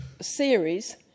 series